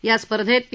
या स्पर्धेत पी